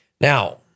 Now